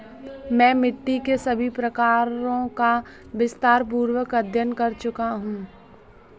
मैं मिट्टी के सभी प्रकारों का विस्तारपूर्वक अध्ययन कर चुका हूं